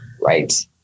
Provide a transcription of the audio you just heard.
right